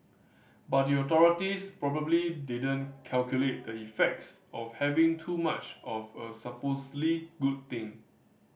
but the authorities probably didn't calculate the effects of having too much of a supposedly good thing